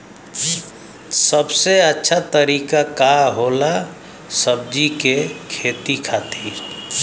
सबसे अच्छा तरीका का होला सब्जी के खेती खातिर?